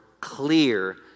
clear